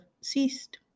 ceased